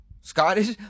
Scottish